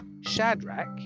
Shadrach